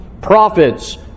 prophets